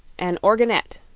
an organette,